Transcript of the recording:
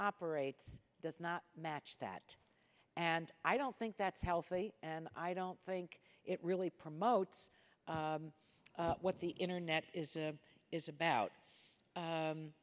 operates does not match that and i don't think that's healthy and i don't think it really promotes what the internet is a is about